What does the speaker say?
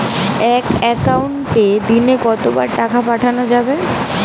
এক একাউন্টে দিনে কতবার টাকা পাঠানো যাবে?